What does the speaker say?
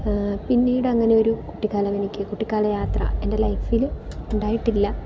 പിന്നീട് അങ്ങനെയൊരു കുട്ടിക്കാലം എനിക്ക് കുട്ടികാലയാത്ര എൻ്റെ ലൈഫിൽ ഉണ്ടായിട്ടില്ല